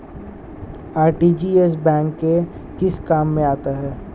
RTGS bank के किस काम में आता है?